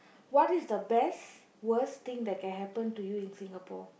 what is the best worst thing that can happen to you in Singapore